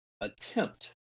attempt